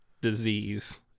disease